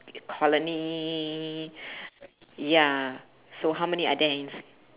colony ya so how many are there ins~